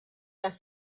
las